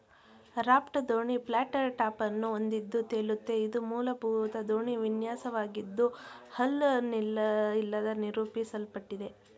raft ದೋಣಿ flat ಟಾಪನ್ನು ಹೊಂದಿದ್ದು ತೇಲುತ್ತೆ ಇದು ಮೂಲಭೂತ ದೋಣಿ ವಿನ್ಯಾಸವಾಗಿದ್ದು ಹಲ್ ಇಲ್ಲದೇ ನಿರೂಪಿಸಲ್ಪಟ್ಟಿದೆ